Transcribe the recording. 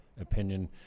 opinion